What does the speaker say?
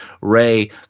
Ray